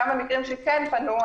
גם במקרים שכן פנו,